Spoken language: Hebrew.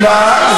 נא לצאת מהאולם.